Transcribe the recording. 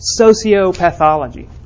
Sociopathology